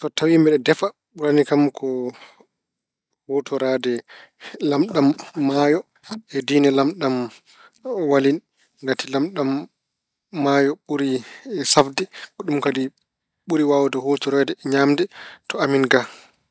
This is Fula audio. So tawi mbeɗa defa ɓurani kam ko huutoraade lamɗam maayo e diine lamɗam walin. Ngati lamɗam maayo ɓuri safde, ko ɗum kadi ɓuri waawde huutoreede e ñaamde to amin ga.